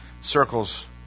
circles